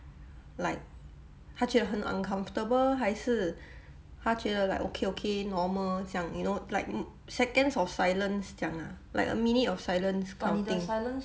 like 他觉得很 uncomfortable 还是他觉得 like okay okay normal 这样 you know like seconds of silence 这样啊 like a minute of silence kind of thing